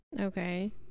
Okay